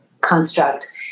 construct